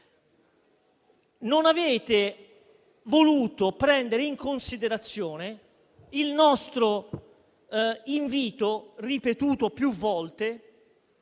non avete voluto prendere in considerazione il nostro invito, ripetuto più volte,